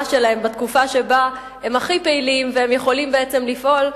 שלהם בתקופה שבה הם הכי פעילים ויכולים בעצם לפעול,